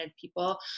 people